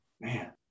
Man